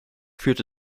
führte